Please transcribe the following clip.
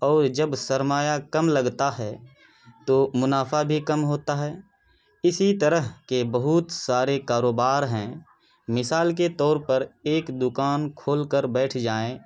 اور جب سرمایہ کم لگتا ہے تو منافعہ بھی کم ہوتا ہے اسی طرح کے بہت سارے کاروبار ہیں مثال کے طور پر ایک دکان کھول کر بیٹھ جائیں